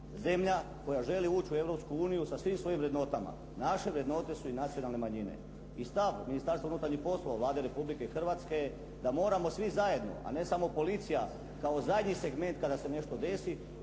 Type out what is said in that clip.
zemlja koja želi ući u Europsku uniju sa svim svojim vrednotama. Naše vrednote su i nacionalne manjine. I stav Ministarstva unutarnjih poslova i Vlade Republike Hrvatske je da moramo svi zajedno, a ne samo policija kao zadnji segment kada se nešto desi